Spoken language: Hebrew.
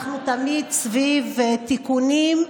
אנחנו תמיד סביב תיקונים,